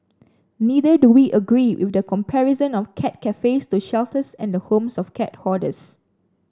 neither do we agree with the comparison of cat cafes to shelters and the homes of cat hoarders